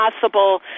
possible